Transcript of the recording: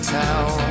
town